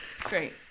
Great